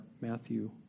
Matthew